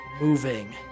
moving